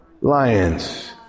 lions